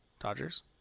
Dodgers